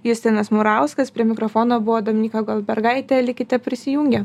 justinas murauskas prie mikrofono buvo dominyka goldbergaitė likite prisijungę